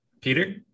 Peter